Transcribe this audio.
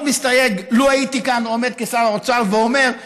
לכן אני הייתי מאוד מסתייג לו הייתי כאן עומד כשר האוצר ואומר,